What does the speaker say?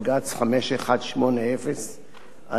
5180/12,